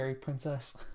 Princess